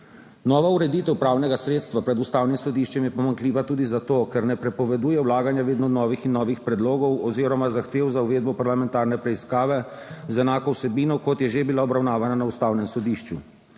Nova ureditev pravnega sredstva pred ustavnim sodiščem je pomanjkljiva tudi zato, ker ne prepoveduje vlaganja vedno novih in novih predlogov oziroma zahtev za uvedbo parlamentarne preiskave z enako vsebino, kot je že bila obravnavana na ustavnem sodišču.